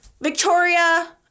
Victoria